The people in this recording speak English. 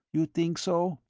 you think so?